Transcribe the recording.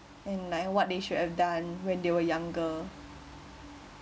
and like what they should have done when they were younger